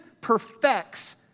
perfects